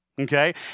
Okay